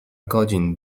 godzin